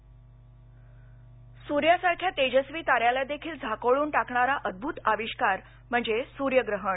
सर्यग्रहण सूर्यासारख्या तेजस्वी ताऱ्याला देखील झाकोळून टाकणारा अद्भ्त आविष्कार म्हणजे सूर्यग्रहण